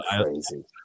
crazy